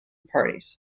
parties